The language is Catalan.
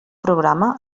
programa